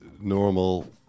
normal